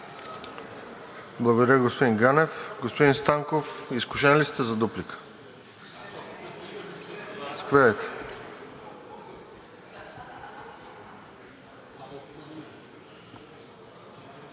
Благодаря, господин Ганев. Господин Станков, изкушен ли сте за дуплика? Заповядайте.